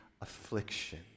affliction